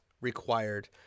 required